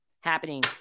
Happening